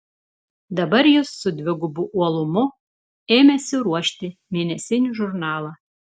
dabar jis su dvigubu uolumu ėmėsi ruošti mėnesinį žurnalą